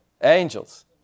Angels